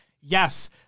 Yes